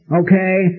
Okay